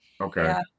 Okay